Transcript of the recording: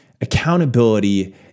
Accountability